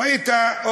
ראית?